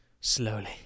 Slowly